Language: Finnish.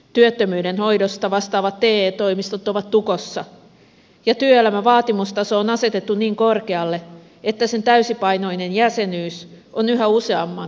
työttömyyden hoidosta vastaavat te toimistot ovat tukossa ja työelämän vaatimustaso on asetettu niin korkealle että sen täysipainoinen jäsenyys on yhä useamman tavoittamattomissa